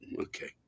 Okay